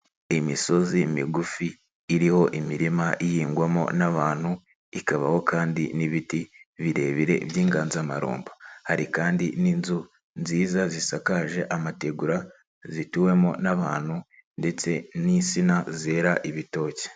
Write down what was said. Imisozi migufi iriho imirima ihingwamo n'abantu, ikabaho kandi n'ibiti birebire by'inganzamarumbo. Hari kandi n'inzu nziza zisakaje amategura zituwemo n'abantu ndetse n'insina zera ibitoki.